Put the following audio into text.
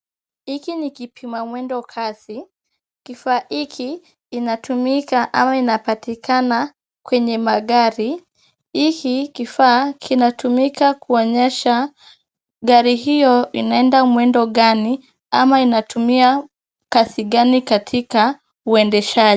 Hiki ni kipima mwendo kasi. Kifaa hiki inatumika ama inapatikana kwenye magari. Hiki kifaa kinatumika kuonyesha gari hiyo linaenda mwendo gani, ama inatumia kasi gani katika uendeshaji.